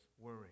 worry